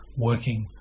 working